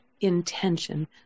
intention